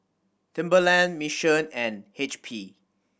Timberland Mission and H P